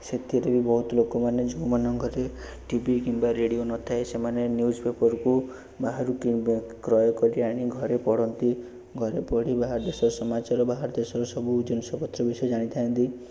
ସେଥିରୁ ବହୁତ ଲୋକମାନେ ଯେଉଁମାନଙ୍କରେ ଟି ଭି କିମ୍ବା ରେଡ଼ିଓ ନଥାଏ ସେମାନେ ନ୍ୟୁଜ୍ ପେପର୍କୁ ବାହାରୁ କିଣିବା କ୍ରୟ କରିଆଣି ଘରେ ପଢ଼ନ୍ତି ଘରେ ପଢ଼ି ବାହାର ଦେଶର ସମାଚାର ବାହାର ଦେଶର ସବୁ ଜିନିଷପତ୍ର ବିଷୟରେ ଜାଣିଥାନ୍ତି